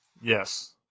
Yes